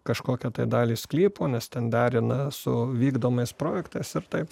kažkokią dalį sklypo nes ten derina su vykdomais projektais ir taip